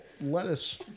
Lettuce